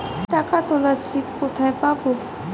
টাকা তোলার স্লিপ কোথায় পাব?